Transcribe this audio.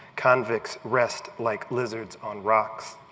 convicts rest like lizards on rocks.